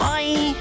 Bye